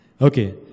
Okay